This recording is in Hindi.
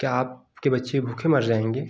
क्या आप के बच्चे भूखे मर जाएँगे